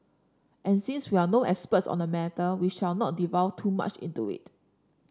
and since we are no experts on the matter we shall not delve too much into it